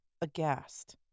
aghast